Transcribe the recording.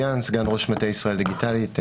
יש פה שתי תוספות שיש בהן רשימות של גופים.